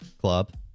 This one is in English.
Club